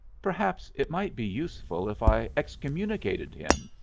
perhaps it might be useful if i excommunicated him,